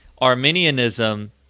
Arminianism